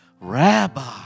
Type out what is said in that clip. Rabbi